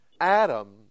Adam